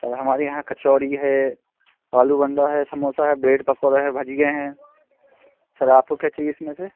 sir हमारे यहाँ कचौड़ी है आलू बंद है समोसा है ब्रेड पकौड़ा है भजिया हैं सर आपको क्या चाहिए इसमें से